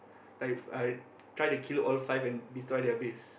like I try to kill all five and destroy their base